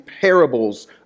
parables